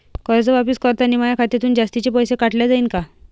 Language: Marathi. कर्ज वापस करतांनी माया खात्यातून जास्तीचे पैसे काटल्या जाईन का?